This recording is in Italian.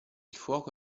fuoco